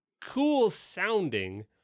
cool-sounding